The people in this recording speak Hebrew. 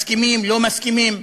מסכימים, לא מסכימים,